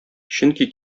чөнки